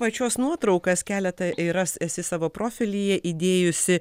pačios nuotraukas keletą yra esi savo profilyje įdėjusi